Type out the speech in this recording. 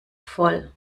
voll